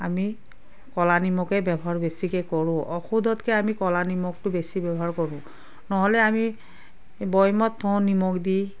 আমি ক'লা নিমখেই ব্যৱহাৰ বেছিকৈ কৰোঁ ঔষধতকৈ আমি ক'লা নিমখটো বেছি ব্যৱহাৰ কৰোঁ নহ'লে আমি বৈয়ামত থও নিমখ দি